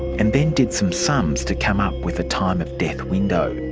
and then did some sums to come up with a time-of-death window.